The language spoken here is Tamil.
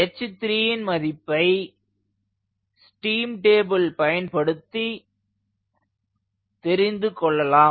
h3 ன் மதிப்பை ஸ்டீம் டேபிள் பயன்படுத்தி தெரிந்துகொள்ளலாம்